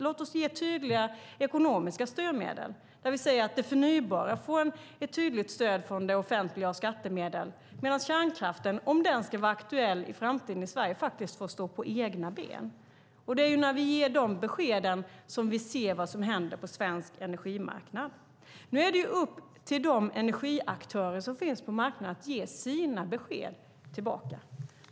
Låt oss ge tydliga ekonomiska styrmedel för detta där vi säger att det förnybara får ett tydligt stöd från det offentliga, skattemedlen, medan kärnkraften, om den ska vara aktuell i framtiden i Sverige, får stå på egna ben. När vi ger de beskeden ser vi vad som händer på svensk energimarknad. Nu är det upp till de energiaktörer som finns på marknaden att ge sina besked.